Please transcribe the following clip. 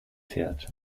fährt